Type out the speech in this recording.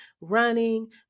running